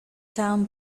town